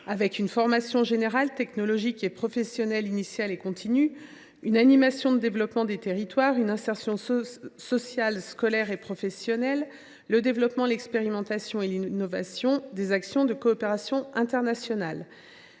avec une formation générale, technologique et professionnelle, initiale et continue, une animation de développement des territoires, une insertion sociale, scolaire et professionnelle, le développement, l’expérimentation et l’innovation, des actions de coopération internationale.